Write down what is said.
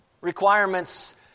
Requirements